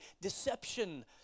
deception